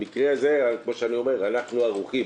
במקרה הזה, כמו שאני אומר, אנחנו ערוכים.